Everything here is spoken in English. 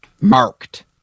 marked